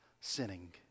sinning